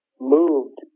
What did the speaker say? moved